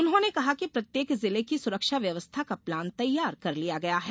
उन्होंने कहा कि प्रत्येक जिले की सुरक्षा व्यवस्था का प्लान तैयार कर लिया गया है